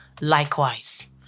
likewise